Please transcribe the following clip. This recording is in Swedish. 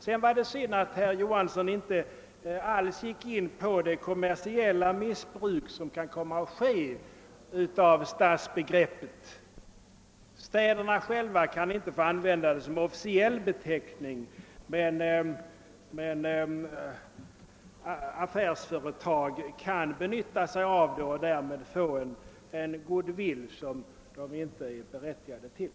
"Det var synd att herr Johansson inte alls gick in på det kommersiella missbruk av stadsbegreppet som kan komma att ske. Städerna själva kan inte använda begreppet stad som officiell beteckning, men affärsföretag kan benytta sig av beteckningen och därmed få en goodwill som de inte är berättigade till.